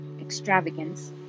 extravagance